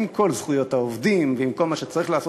עם כל זכויות העובדים ועם כל מה שצריך לעשות